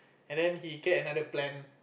and then he kept another plan